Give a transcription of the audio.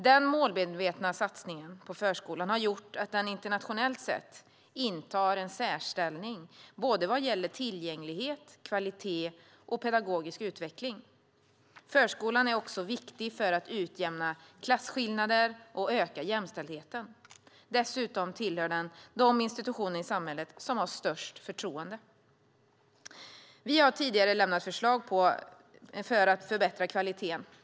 Den målmedvetna satsningen på förskolan har gjort att den internationellt sett intar en särställning vad gäller tillgänglighet, kvalitet och pedagogisk utveckling. Förskolan är också viktig för att utjämna klasskillnader och för att öka jämställdheten. Dessutom tillhör den de institutioner i samhället som människor har störst förtroende för. Vi har tidigare lämnat förslag för att förbättra kvaliteten.